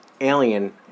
alien